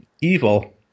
evil